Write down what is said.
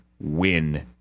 win